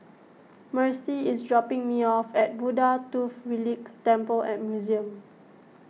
Mercy is dropping me off at Buddha Tooth Relic Temple and Museum